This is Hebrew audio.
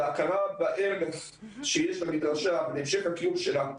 בהכרה בערך שיש למדרשה ולהמשך הקיום שלה.